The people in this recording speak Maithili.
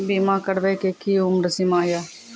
बीमा करबे के कि उम्र सीमा या?